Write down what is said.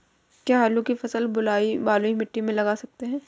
क्या आलू की फसल बलुई मिट्टी में लगा सकते हैं?